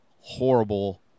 horrible